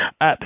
up